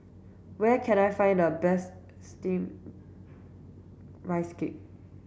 where can I find the best steamed rice cake